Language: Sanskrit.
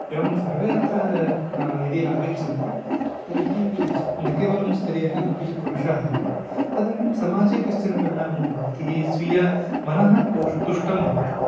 एवं सर्वे अत्र हा यदि गच्छन्ति तर्ही स् न केवलं स्त्रियः अपि तु पुरुषाः अपि तदानीं समाजे कश्चन परिणामो भवति स्वीयं मनः तो तुष्टं भवति